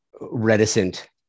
reticent